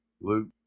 Luke